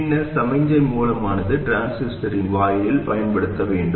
பின்னர் சமிக்ஞை மூலமானது டிரான்சிஸ்டரின் வாயிலில் பயன்படுத்தப்பட வேண்டும்